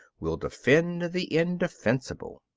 will defend the indefensible.